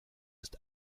ist